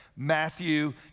Matthew